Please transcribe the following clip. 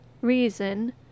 reason